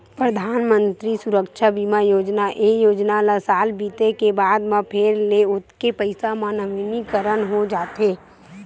परधानमंतरी सुरक्छा बीमा योजना, ए योजना ल साल बीते के बाद म फेर ले ओतके पइसा म नवीनीकरन हो जाथे